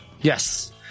yes